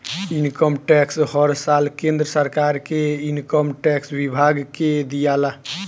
income tax हर साल केंद्र सरकार के इनकम टैक्स विभाग के दियाला